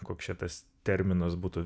koks čia tas terminas būtų